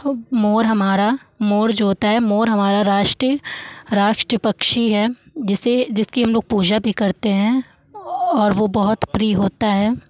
और मोर हमारा मोर जो होता है मोर हमारा राष्ट्रीय राष्ट्रीय पक्षी है जिसे जिसकी हम लोग पूजा भी करते हैं और वो बहुत प्रिय होता है